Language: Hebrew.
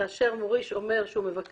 כאשר מוריש מבקש